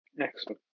excellent